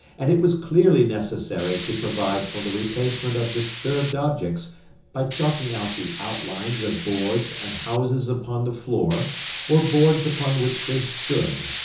and it was clearly necessary to provide for the replacement of disturbed objects by chalking out the outlines of boards and houses upon the floor or boards upon which they stood.